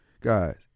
guys